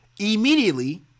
immediately